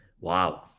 Wow